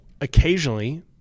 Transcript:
occasionally